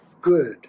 good